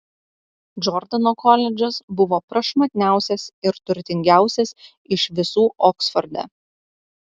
džordano koledžas buvo prašmatniausias ir turtingiausias iš visų oksforde